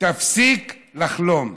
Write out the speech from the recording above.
תפסיק לחלום.